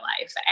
life